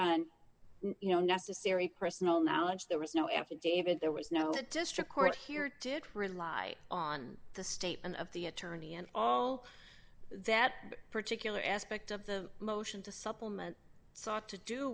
on you know necessary personal knowledge there was no after david there was no district court here to rely on the state and of the attorney and all that particular aspect of the motion to supplement sought to do